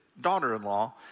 daughter-in-law